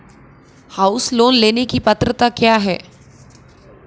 House loan लेने की पात्रता क्या है?